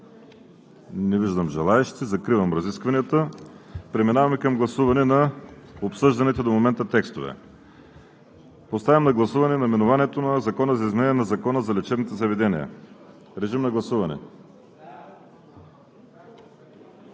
Не виждам. Закривам разискванията. Преминаваме към гласуване на обсъжданите до момента текстове. Подлагам на гласуване наименованието на Закона за изменение на Закона за лечебните заведения. Гласували